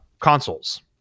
consoles